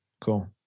Cool